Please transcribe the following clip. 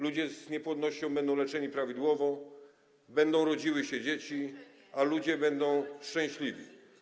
Ludzie z niepłodnością będą leczeni prawidłowo, będą rodziły się dzieci, a ludzie będą szczęśliwi.